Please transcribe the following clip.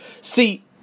See